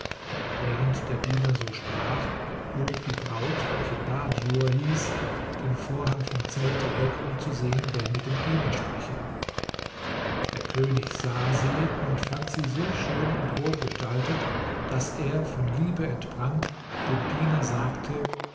während der diener so sprach hob die braut welche bahrdjur hieß den vorhang vom zelte weg um zu sehen wer mit dem diener spreche der könig sah sie und fand sie so schön und wohlgestaltet daß er von liebe entbrannt dem diener sagte